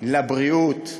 לבריאות,